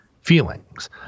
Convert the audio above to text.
feelings